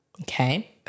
Okay